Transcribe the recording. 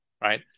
right